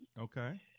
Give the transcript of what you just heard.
Okay